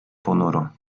ponuro